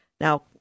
Now